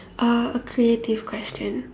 uh a creative question